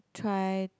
try